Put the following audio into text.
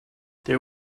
there